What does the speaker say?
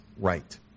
right